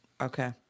Okay